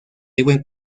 libre